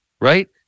Right